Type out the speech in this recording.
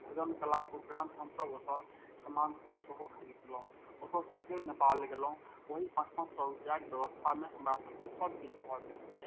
भोजन कलाक उपरान्त हमसब ओतऽ समान सब सेहो खरीदलहुॅं ओतऽ सँ फेर नेपाल गेलहुॅं ओही पाँच पाँच सए रुपैआके व्यवस्थामे हमरा सबके सब किछु भऽ गेल